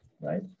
right